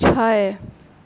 छैक